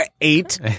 Eight